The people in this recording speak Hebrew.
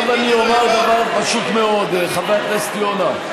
עכשיו אני אומר דבר פשוט מאוד, חבר הכנסת יונה.